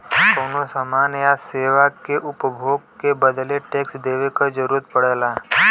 कउनो समान या सेवा के उपभोग के बदले टैक्स देवे क जरुरत पड़ला